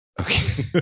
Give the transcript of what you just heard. okay